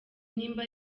niba